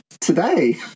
today